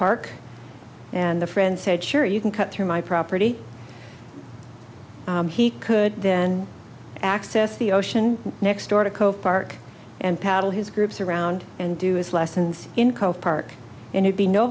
park and the friend said sure you can cut through my property he could then access the ocean next door to cove park and paddle his groups around and do his lessons in co park and he'd be no